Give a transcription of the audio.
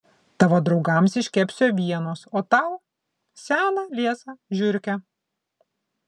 tavo draugams iškepsiu avienos o tau seną liesą žiurkę